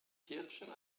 pierwszym